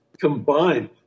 combined